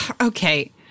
Okay